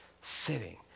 sitting